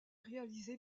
réalisé